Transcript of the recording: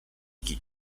chi